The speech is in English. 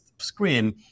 screen